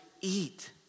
eat